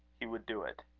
he would do it.